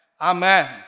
Amen